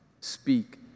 Speak